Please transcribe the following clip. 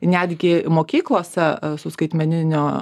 netgi mokyklose esu skaitmeninio